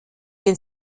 den